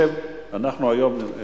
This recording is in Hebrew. אנחנו היום,